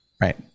right